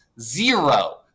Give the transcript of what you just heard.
Zero